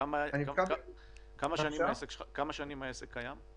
כמה שנים העסק קיים?